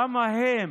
למה הם